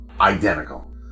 identical